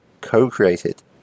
co-created